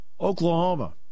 Oklahoma